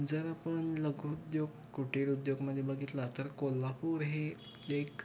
जर आपण लघुद्योग कुटिरोद्योगमध्ये बघितला तर कोल्हापूर हे एक